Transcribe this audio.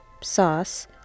sauce